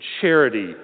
charity